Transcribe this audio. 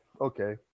Okay